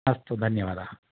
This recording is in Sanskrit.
अस्तु धन्यवादः